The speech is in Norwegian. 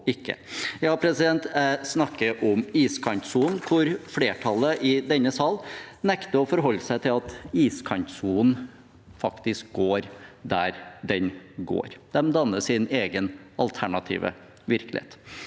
Ja, jeg snakker om iskantsonen, hvor flertallet i denne sal nekter å forholde seg til at iskantsonen faktisk går der den går. De danner sin egen alternative virkelighet.